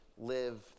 live